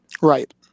right